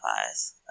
eyes